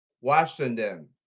Washington